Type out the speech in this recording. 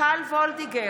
מיכל וולדיגר,